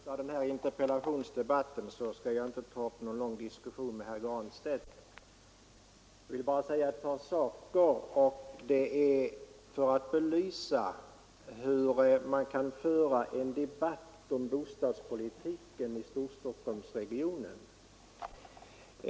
Fru talman! Jag skall inte ta upp någon lång diskussion med herr Granstedt i denna interpellationsdebatt utan vill bara framhålla ett par saker för att belysa hur man kan föra en debatt om bostadspolitiken i Stockholmsregionen.